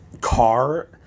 car